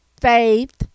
Faith